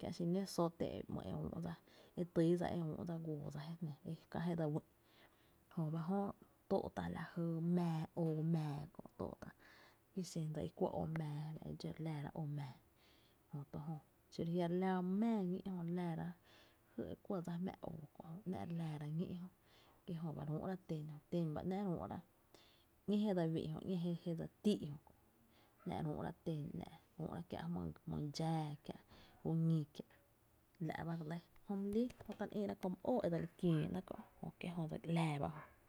kiä’ xinǿǿ zote ejö e üú’ dsa e tyy e üú’ dsa guoodsa kä je re wÿ’ jö ba jö tóo’ ta’ la jy oo mⱥⱥ kö’, ki xen dsa i kuɇ oo mⱥⱥ e fa’ e dxó e re láára oo mⱥⱥ, jöto jö xiro jia’ re laara my mⱥⱥ ñí’, jö to re laára jy e kuɇ dsa jmá oo kö jö, ‘nⱥ’ re laára ñí’ jö ki jö ba re üú’ra ten jö, ten ba ‘nⱥ’ re üú’ra ‘ñe je dse wÿ’ jö, ‘ñé je dse tíí’ jö kö’ ‘nⱥ’ re üú’ra ten ‘nⱥ’ r3 üú’ra kiä’ jmyy dxáá kiä’ juñí kiä’ la’ ba re lɇ, jö my lii, jö kie’ ta re ïï’ra kö my oo e dsel kiöö ba ‘nɇɇ’ kö’ kie’ jö dse ‘láá ba ejö.